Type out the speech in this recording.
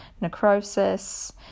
necrosis